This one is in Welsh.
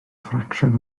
ffracsiwn